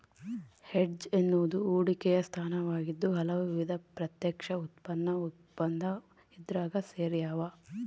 hedge ಎನ್ನುವುದು ಹೂಡಿಕೆಯ ಸ್ಥಾನವಾಗಿದ್ದು ಹಲವು ವಿಧದ ಪ್ರತ್ಯಕ್ಷ ಉತ್ಪನ್ನ ಒಪ್ಪಂದ ಇದ್ರಾಗ ಸೇರ್ಯಾವ